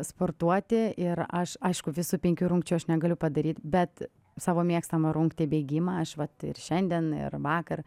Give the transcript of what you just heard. sportuoti ir aš aišku visų penkių rungčių aš negaliu padaryt bet savo mėgstamą rungtį bėgimą aš vat ir šiandien ir vakar